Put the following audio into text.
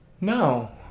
no